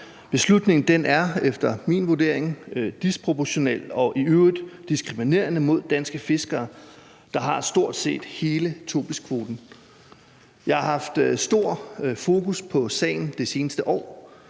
Beslutningen er efter min vurdering disproportional og i øvrigt diskriminerende mod danske fiskere, der har stort set hele tobiskvoten. Jeg har haft stort fokus på sagen det seneste år.